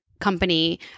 company